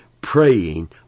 Praying